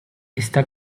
está